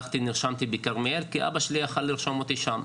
הלכתי ונרשמתי בכרמיאל כי אבא שלי יכול היה לרשום אותי שם.